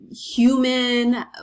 human